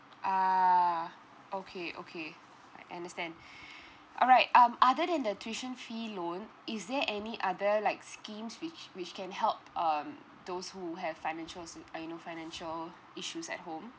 ah okay okay alright understand alright um other than the tuition fee loan is there any other like schemes which which can help um those who have financial s~ uh you know financial issues at home